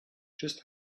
just